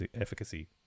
efficacy